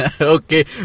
Okay